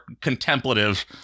contemplative